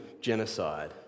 genocide